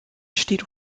steht